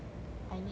I need food